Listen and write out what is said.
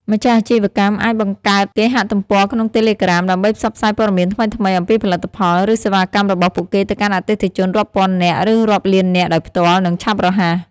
ម្ចាស់អាជីវកម្មអាចបង្កើតគេហទំព័រក្នុងតេឡេក្រាម ដើម្បីផ្សព្វផ្សាយព័ត៌មានថ្មីៗ អំពីផលិតផល ឬសេវាកម្មរបស់ពួកគេទៅកាន់អតិថិជនរាប់ពាន់នាក់ ឬរាប់លាននាក់ដោយផ្ទាល់ និងឆាប់រហ័ស។